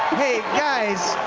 hey guys,